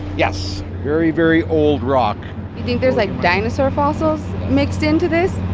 yes, very, very old rock you think there's, like, dinosaur fossils mixed into this?